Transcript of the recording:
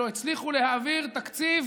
שלא הצליחו להעביר תקציב